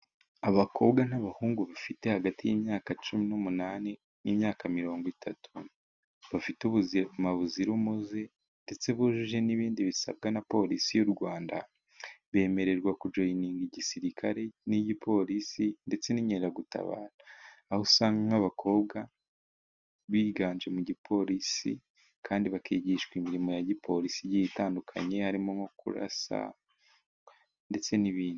Abakobwa n'abahungu bafite hagati y'imyaka cumi n'umunani n'imyaka mirongo itatu bafite ubuzima buzira umuze, ndetse bujuje n'ibindi bisabwa na polisi y'u Rwanda bemererwa kujoyininga igisirikare n'igipolisi ndetse n'inkeragutabara ,aho usanga nk'abakobwa biganje mu gipolisi kandi bakigishwa imirimo ya gipolisi igiye itandukanye harimo nko kurasa ndetse n'ibindi